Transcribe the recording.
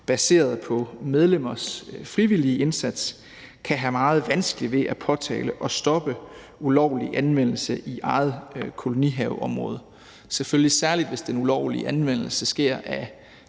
baseret på medlemmers frivillige indsats kan have meget vanskeligt ved at påtale og stoppe ulovlig anvendelse i eget kolonihaveområde – selvfølgelig særlig hvis den ulovlige anvendelse